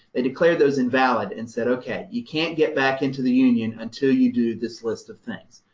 they declared those invalid and said, ok. you can't get back into the union until you do this list of things.